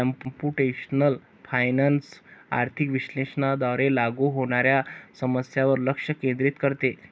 computational finance आर्थिक विश्लेषणावर लागू होणाऱ्या समस्यांवर लक्ष केंद्रित करते